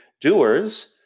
doers